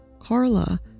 Carla